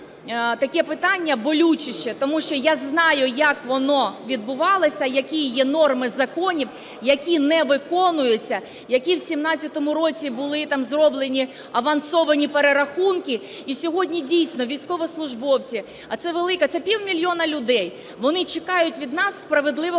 таке питання болючіше. Тому що я знаю, як воно відбувалося, які є норми законів, які не виконуються, які в 17-му році були там зроблені авансовані перерахунки. І сьогодні дійсно військовослужбовці, а це велика… це півмільйона людей, вони чекають від нас справедливого пенсійного